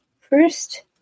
first